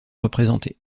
représenté